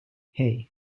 hey